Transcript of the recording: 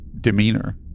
demeanor